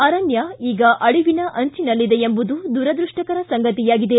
ಅರಣ್ಯ ಈಗ ಅಳಿವಿನ ಅಂಚಿನಲ್ಲಿದೆ ಎಂಬುವುದು ದುರದೃಷ್ಟಕರ ಸಂಗತಿಯಾಗಿದೆ